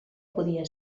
podia